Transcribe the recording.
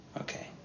Okay